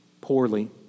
poorly